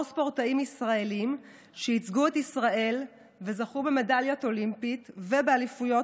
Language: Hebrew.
ספורטאים ישראלים שייצגו את ישראל וזכו במדליה אולימפית ובאליפויות